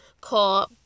called